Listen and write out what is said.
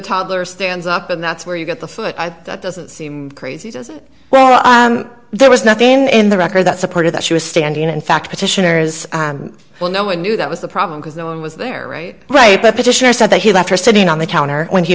toddler stands up and that's where you got the foot doesn't seem crazy well there was nothing in the record that supported that she was standing in fact petitioner's well no one knew that was the problem because no one was there right right but petitioner said that he left her sitting on the counter when he